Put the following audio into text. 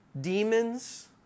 demons